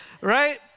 right